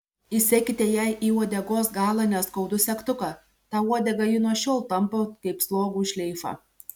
įsekite jai į uodegos galą neskaudų segtuką tą uodegą ji nuo šiol tampo kaip slogų šleifą